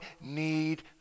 need